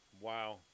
wow